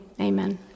Amen